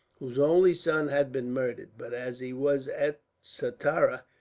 whose only son had been murdered but as he was at satarah,